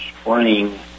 spring